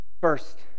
first